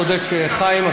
אתה צודק, חיים.